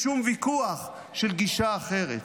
בשום ויכוח של גישה אחרת.